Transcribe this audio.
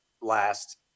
last